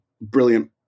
brilliant